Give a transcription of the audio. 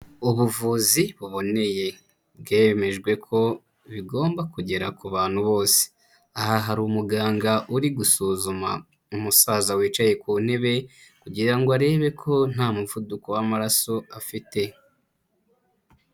Ubuvuzi buboneye bwemejwe ko bigomba kugera ku bantu bose. Aha hari umuganga uri gusuzuma umusaza wicaye ku ntebe, kugira ngo arebe ko nta muvuduko w'amaraso afite.